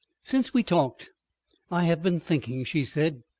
since we talked i have been thinking, she said.